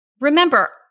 Remember